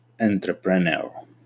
entrepreneur